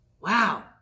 Wow